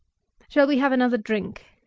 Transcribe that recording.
shall we have another drink?